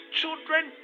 children